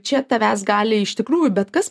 čia tavęs gali iš tikrųjų bet kas